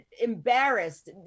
embarrassed